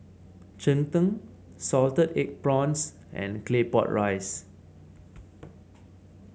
Cheng Tng Salted Egg Prawns and Claypot Rice